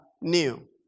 new